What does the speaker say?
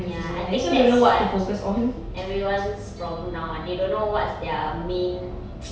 ya I think that's what everyone's problem now ah they don't know what's their main